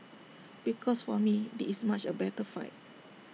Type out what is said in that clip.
because for me this is A much better fight